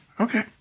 okay